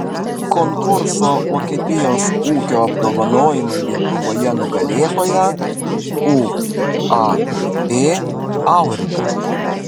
konkurso vokietijos ūkio apdovanojimai lietuvoje nugalėtoja uab aurika